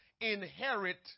inherit